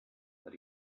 that